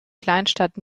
kleinstadt